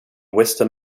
wisdom